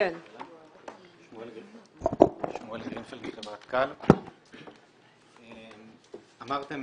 שמואל גרינפלד, מחברת Cal. אמרתם